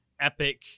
Epic